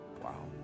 wow